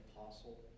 apostle